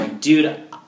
dude